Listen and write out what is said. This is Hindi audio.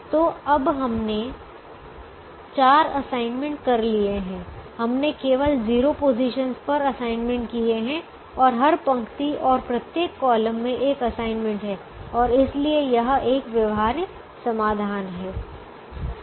तो अब हमने 4 असाइनमेंट कर लिए हैं हमने केवल 0 पोजीशनस पर असाइनमेंट किए हैं और हर पंक्ति और प्रत्येक कॉलम में 1 असाइनमेंट है और इसलिए यह एक व्यवहार्य समाधान है